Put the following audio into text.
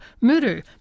Muru